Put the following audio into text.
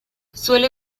suele